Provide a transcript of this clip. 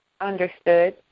Understood